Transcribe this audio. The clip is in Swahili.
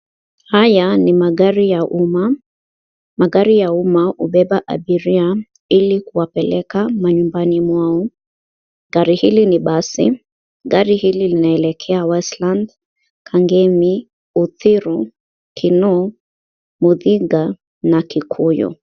Haya ni magari ya umma, magari ya umma hubeba abiria ili kuwapeleka manyumbani mwao, gari hili ni basi, gari hili linaelekea Westlands, Kangemi, Udhiru, Kinoo, Muthiga na Kikuyu.